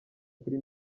kuri